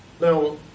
Now